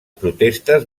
protestes